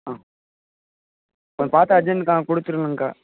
ஆ கொஞ்சம் பார்த்து அர்ஜென்ட்க்கா கொடுத்துருங்கக்கா